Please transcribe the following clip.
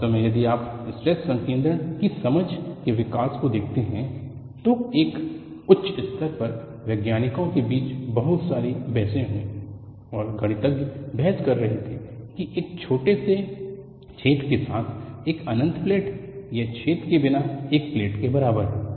वास्तव में यदि आप स्ट्रेस संकेंद्रण की समझ के विकास को देखते हैं तो एक उच्च स्तर पर वैज्ञानिकों के बीच बहुत सारी बहसें हुईं और गणितज्ञ बहस कर रहे थे कि एक छोटे से छेद के साथ एक अनंत प्लेट एक छेद के बिना एक प्लेट के बराबर है